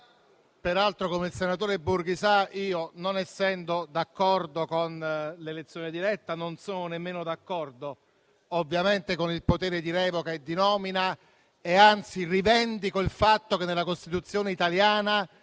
Peraltro, come lui sa, non essendo d'accordo con l'elezione diretta, non sono nemmeno d'accordo con il potere di revoca e di nomina, e anzi rivendico il fatto che nella Costituzione italiana